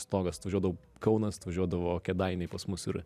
stogas atvažiuodau kaunas atvažiuodavo kėdainiai pas mus ir